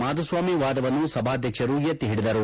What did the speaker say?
ಮಾಧುಸ್ವಾಮಿ ವಾದವನ್ನು ಸಭಾಧ್ಯಕ್ಷರು ಎತ್ತಿಹಿಡಿದರು